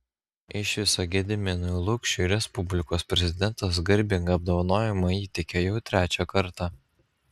iš viso gediminui lukšiui respublikos prezidentas garbingą apdovanojimą įteikė jau trečią kartą